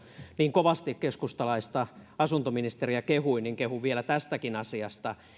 niin kovasti keskustalaista asuntoministeriä kehuin niin kehun vielä tästäkin asiasta